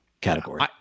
category